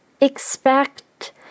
expect